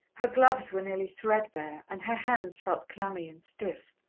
her gloves were nearly thread-bare and her hands felt clammy and stiff.